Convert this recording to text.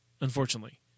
unfortunately